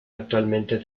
actualmente